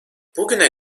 bugüne